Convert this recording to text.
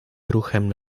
ruchem